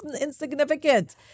insignificant